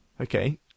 Okay